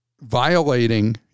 violating